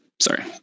Sorry